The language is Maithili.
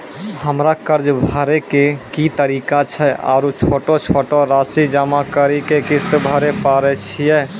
हमरा कर्ज भरे के की तरीका छै आरू छोटो छोटो रासि जमा करि के किस्त भरे पारे छियै?